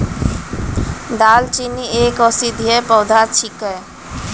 दालचीनी एक औषधीय पौधा छिकै